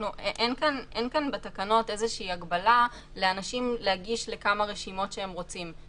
אין כאן בתקנות איזושהי הגבלה לאנשים להגיש לכמה רשימות שהם רוצים.